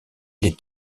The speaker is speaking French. les